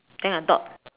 then I thought